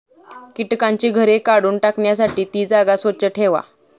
कीटकांची घरे काढून टाकण्यासाठी ती जागा स्वच्छ ठेवा